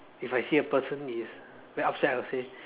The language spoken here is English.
if I see a person is very upset I'll say